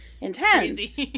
intense